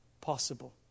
possible